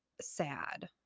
sad